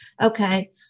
okay